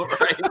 right